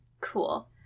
Cool